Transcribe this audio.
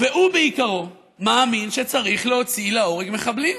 והוא בעיקרו, מאמין שצריך להוציא להורג מחבלים,